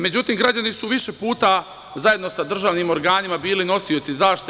Međutim, građani su više puta, zajedno sa državnim organima bili nosioci zaštite.